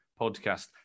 podcast